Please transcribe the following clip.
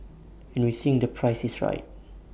and we think the price is right